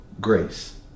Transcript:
grace